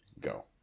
Go